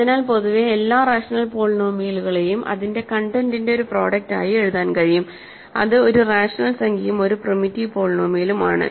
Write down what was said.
അതിനാൽ പൊതുവെ എല്ലാ റാഷണൽ പോളിനോമിയലുകളെയും അതിന്റെ കണ്ടന്റിന്റെ ഒരു പ്രോഡക്ട് ആയി എഴുതാൻ കഴിയും അത് ഒരു റാഷണൽ സംഖ്യയും ഒരു പ്രിമിറ്റീവ് പോളിനോമിയലും ആണ്